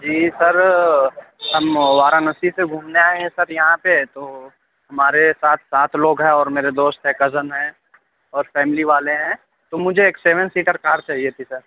جی sir ہم وارانسی سے گھومنے آئے ہیں سر یہاں پہ تو ہمارے ساتھ سات لوگ ہیں اور میرے دوست ہیں کزن ہیں اور فیملی والے ہیں تو مجھے ایک سیون سیٹر کار چاہیے تھی سر